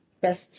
best